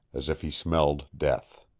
as if he smelled death.